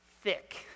thick